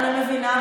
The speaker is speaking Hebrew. אני מבינה,